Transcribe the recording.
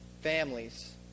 Families